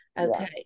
Okay